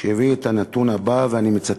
שהביא את הנתון הבא, ואני מצטט: